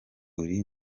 uru